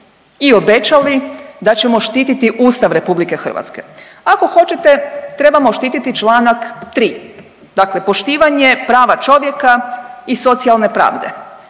i obećali da ćemo štititi Ustav RH. Ako hoćete trebamo štititi čl. 3., dakle poštivanje prava čovjeka i socijalne pravde,